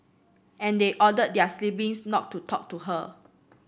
and they ordered their not to talk to her